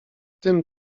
tym